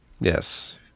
Yes